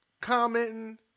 Commenting